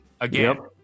Again